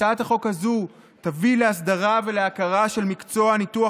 הצעת החוק הזו תביא להסדרה ולהכרה של מקצוע ניתוח